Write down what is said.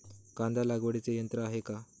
कांदा लागवडीचे यंत्र आहे का?